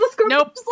Nope